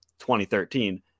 2013